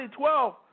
2012